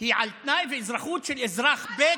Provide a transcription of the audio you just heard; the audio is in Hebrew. היא על תנאי והאזרחות של אזרח ב'